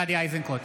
(קורא בשמות חברי הכנסת) גדי איזנקוט,